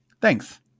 Thanks